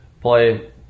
play